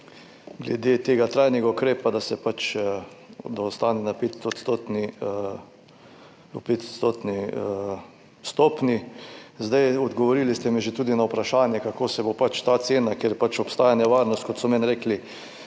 glede tega trajnega ukrepa, da ostane na 5-odstotni stopnji. Odgovorili ste mi že tudi na vprašanje, kako bo s to ceno, kjer pač obstaja nevarnost, kot so meni rekli,